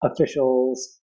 officials